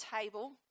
table